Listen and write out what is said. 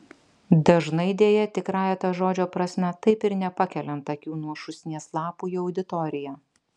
dažnai deja tikrąja to žodžio prasme taip ir nepakeliant akių nuo šūsnies lapų į auditoriją